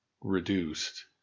reduced